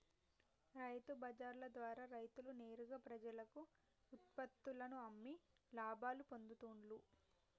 రైతు బజార్ల ద్వారా రైతులు నేరుగా ప్రజలకు ఉత్పత్తుల్లను అమ్మి లాభాలు పొందుతూండ్లు